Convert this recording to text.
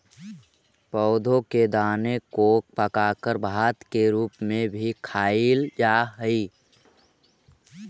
पौधों के दाने को पकाकर भात के रूप में भी खाईल जा हई